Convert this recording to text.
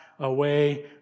away